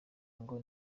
ngo